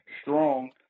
strong